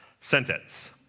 sentence